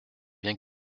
bien